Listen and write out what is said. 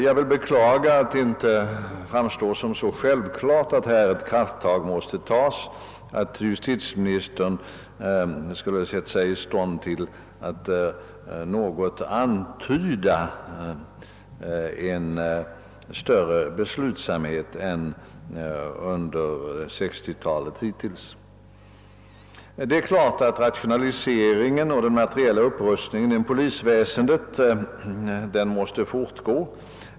Jag vill beklaga att det inte framstår som så självklart att krafttag måste tas att justitieministern skulle sett sig i stånd till att något antyda en större beslutsamhet än hittills under 1960-talet. Det är klart att rationaliseringen och den materiella upprustningen inom polisväsendet måste fortgå.